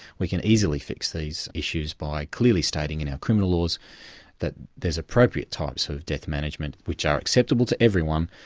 we can easily fix these issues by clearly stating in our criminal laws that there's appropriate types of death management which are acceptable to everyone,